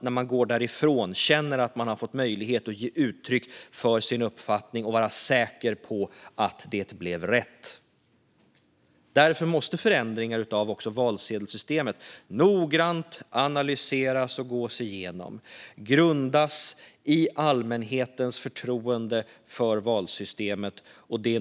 När de går därifrån måste de känna att de har fått möjlighet att ge uttryck för sin uppfattning och att de är säkra på att det blev rätt. Därför måste förändringar av valsedelssystemet noggrant analyseras och gås igenom och grundas i allmänhetens förtroende för valsystemet.